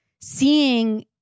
seeing